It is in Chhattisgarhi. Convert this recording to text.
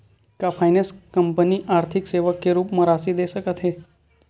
का फाइनेंस कंपनी आर्थिक सेवा के रूप म राशि दे सकत हे?